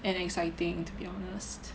and exciting to be honest